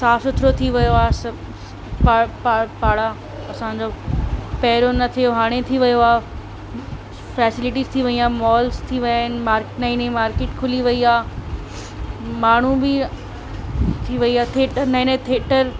साफ़ु सुथिरो थी वियो आहे सभु पाणि पाणि पाणि असांजो पहिरियों न थियो हुओ हाणे थी वियो आहे फसेलिटीज़ थी वेई आहे मॉल्स थी विया आहिनि मार्क नई नई मार्केट खुली वेई आहे माण्हू बि थी वेई आहे थेटर नएं नएं थेटर